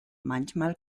manchmal